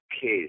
case